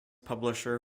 publisher